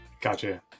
Gotcha